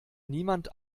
niemand